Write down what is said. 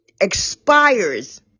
expires